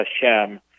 Hashem